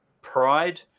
pride